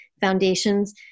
foundations